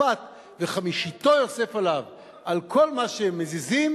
בית-משפט ו"חמישיתו יוסף עליו" על כל מה שמזיזים,